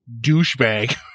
douchebag